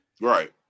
Right